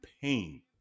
pain